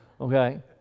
Okay